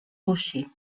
rocher